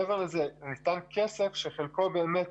מעבר לזה, ניתן כסף שחלקו באמת